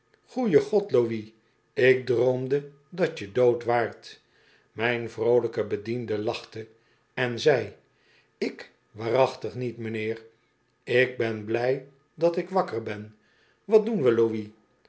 goeie god louis ik droomde dat je dood waart mijn vroolijke bediende lachte en zei ik waarachtig niet m'nheer ik ben blij dat ik wakker ben wat doen we